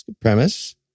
Premise